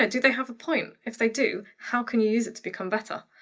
and do they have a point? if they do, how can you use it to become better?